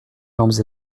jambes